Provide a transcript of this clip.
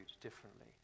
differently